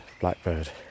blackbird